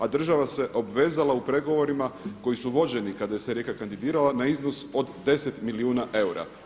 A država se obvezala u pregovorima koji su vođeni kada se Rijeka kandidirala na iznos od 10 milijuna eura.